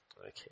Okay